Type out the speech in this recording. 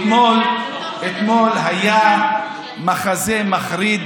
אתמול היה מחזה מחריד